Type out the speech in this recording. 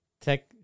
tech